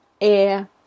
air